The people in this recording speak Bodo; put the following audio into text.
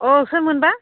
अ सोरमोनबा